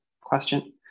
question